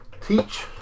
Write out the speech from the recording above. teach